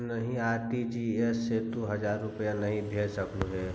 नहीं, आर.टी.जी.एस से तू हजार रुपए नहीं भेज सकलु हे